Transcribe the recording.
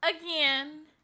Again